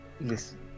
Listen